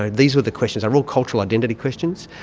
ah these were the questions, they were all cultural identity questions.